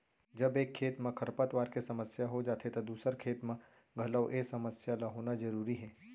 जब एक खेत म खरपतवार के समस्या हो जाथे त दूसर खेत म घलौ ए समस्या ल होना जरूरी हे